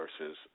versus